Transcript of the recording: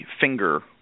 finger